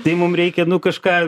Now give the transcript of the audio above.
tai mum reikia nu kažką